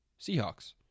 Seahawks